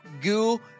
goo